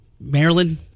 Maryland